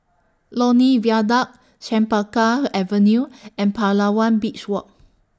Lornie Viaduct Chempaka Avenue and Palawan Beach Walk